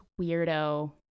weirdo